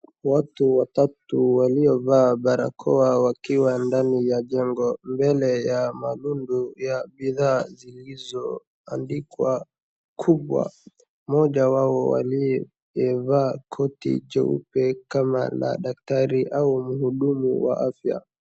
Watu watatu waliovaa barakoa wakiwa ndani ya jengo. Mbele ya mandundu ya bidhaa zilizoandikwa kubwa mmoja wao aliyevaa koti cheupe kama la daktari ama mhudumu wa afya.